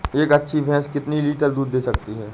एक अच्छी भैंस कितनी लीटर दूध दे सकती है?